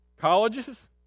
Colleges